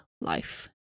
life